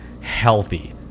healthy